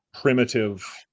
primitive